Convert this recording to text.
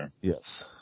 Yes